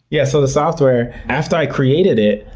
yeah so the software, after i created it,